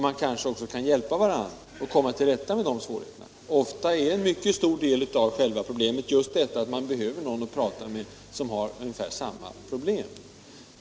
Man kanske också kan hjälpa varandra och komma till rätta med en del bekymmer. Ofta är en mycket stor del av problemet att man behöver prata med någon som har ungefär samma situation.